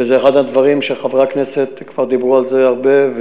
וזה אחד הדברים שחברי הכנסת כבר דיברו עליהם הרבה,